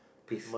please